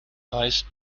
heißt